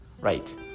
Right